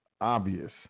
obvious